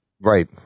Right